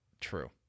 True